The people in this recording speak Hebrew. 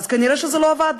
אז כנראה זה לא עבד.